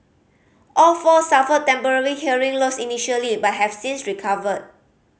all four suffered temporary hearing loss initially but have since recovered